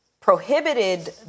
prohibited